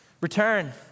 Return